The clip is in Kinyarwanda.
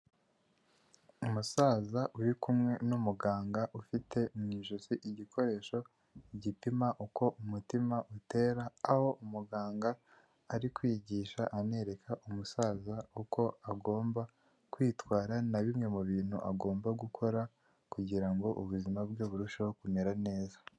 Umusaza uri kumwe n'umuganga ufite mu ijosi igikoresho gipima uko umutima utera, aho umuganga ari kwigisha anereka umusaza uko agomba kwitwara na bimwe mu bintu agomba gukora kugira ngo ubuzima bwe burusheho kumera neza.